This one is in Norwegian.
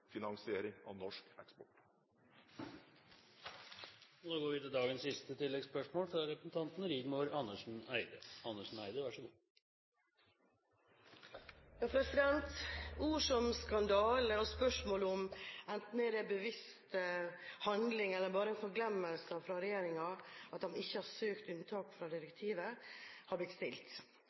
finansiering av norsk eksport. Rigmor Andersen Eide – til siste oppfølgingsspørsmål. Ord som «skandale» og spørsmål om det enten er en bevisst handling eller bare en forglemmelse fra regjeringens side at de ikke har søkt om unntak fra direktivet, har blitt nevnt og stilt.